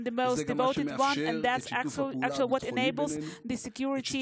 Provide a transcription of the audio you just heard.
וזה גם מה שמאפשר את שיתוף הפעולה הביטחוני בינינו,